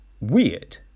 weird